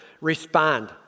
respond